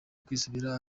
kwisubiza